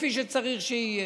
כפי שצריך שיהיה.